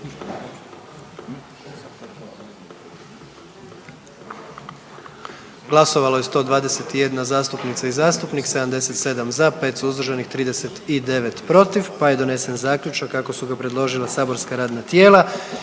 Glasovalo je 122 zastupnica i zastupnika, 77 za, 45 suzdržanih, pa je donesen zaključak kako su ga predložila saborska radna tijela.